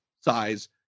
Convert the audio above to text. size